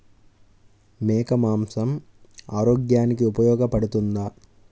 మేక మాంసం ఆరోగ్యానికి ఉపయోగపడుతుందా?